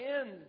end